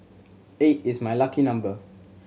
eight is my lucky number